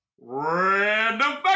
Random